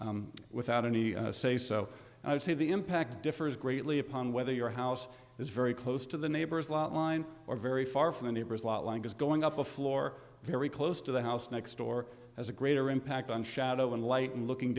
without any say so i would say the impact differs greatly upon whether your house is very close to the neighbor's lot line or very far from the neighbor's lot lang is going up a floor very close to the house next door has a greater impact on shadow and light and looking